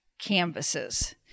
canvases